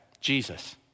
Jesus